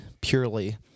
purely